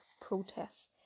protests